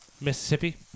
Mississippi